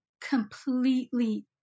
completely